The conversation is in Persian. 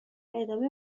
ادامه